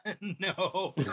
no